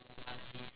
you don't know